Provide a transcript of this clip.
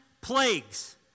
plagues